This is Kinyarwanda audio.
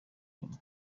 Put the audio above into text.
inyuma